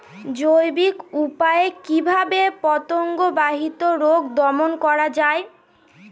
জৈবিক উপায়ে কিভাবে পতঙ্গ বাহিত রোগ দমন করা যায়?